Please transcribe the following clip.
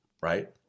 right